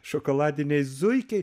šokoladiniai zuikiai